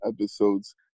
episodes